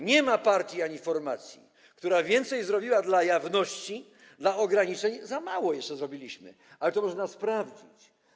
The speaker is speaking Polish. Nie ma partii ani formacji, która więcej zrobiła dla jawności - dla ograniczeń za mało jeszcze zrobiliśmy - i można to sprawdzić.